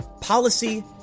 policy